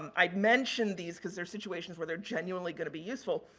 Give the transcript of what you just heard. um i mentioned these because there's situation where they're genuinely going to be useful.